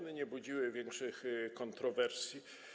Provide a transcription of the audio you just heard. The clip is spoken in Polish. Nie budziły one większych kontrowersji.